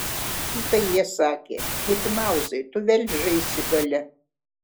kikai jie sakė mikimauzai tu vėl žaisi gale